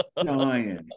dying